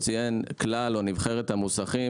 לגבי הפוליסות של כלל ונבחרת המוסכים